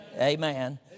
Amen